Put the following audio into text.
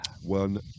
One